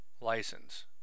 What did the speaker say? license